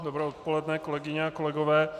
Dobré odpoledne, kolegyně a kolegové.